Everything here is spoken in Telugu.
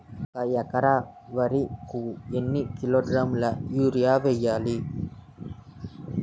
ఒక ఎకర వరి కు ఎన్ని కిలోగ్రాముల యూరియా వెయ్యాలి?